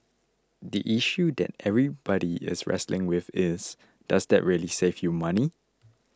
the issue that everybody is wrestling with is does that really save you money